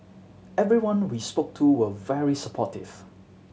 everyone we spoke to were very supportive